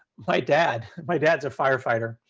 my dad's my dad's a firefighter.